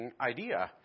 idea